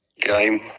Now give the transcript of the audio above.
game